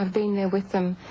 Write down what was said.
um been there with them.